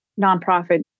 nonprofit